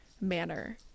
manner